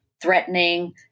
threatening